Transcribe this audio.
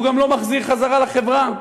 והוא גם לא מחזיר חזרה לחברה.